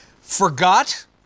Forgot